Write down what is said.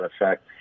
effect